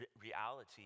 reality